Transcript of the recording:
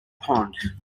pond